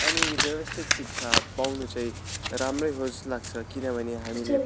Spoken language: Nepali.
अनि व्यवस्थित शिक्षा पाउनु चाहिँ राम्रै हो जस्तो लाग्छ किनभने हामीले